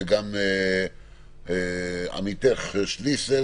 וגם עמיתך שליסל